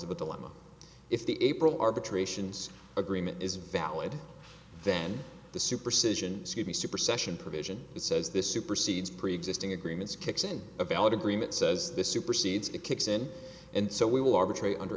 of a dilemma if the april arbitrations agreement is valid then the super cision super session provision it says this supersedes preexisting agreements kicks in a valid agreement says the supersedes it kicks in and so we will arbitrate under